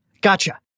Gotcha